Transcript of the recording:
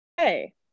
Hey